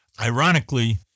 Ironically